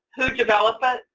who develop it?